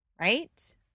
right